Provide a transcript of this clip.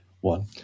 one